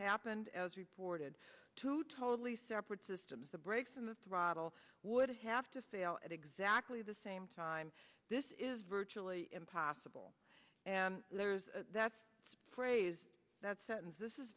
happened as reported two totally separate systems the brakes on the throttle would have to fail at exactly the same time this is virtually impossible and that's a phrase that sentence this is